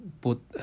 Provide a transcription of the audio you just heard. put